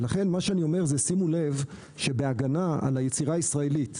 שימו לב שבהגנה על היצירה הישראלית,